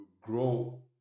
grow